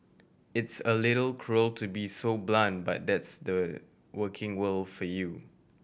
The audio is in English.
it's a little cruel to be so blunt but that's the working world for you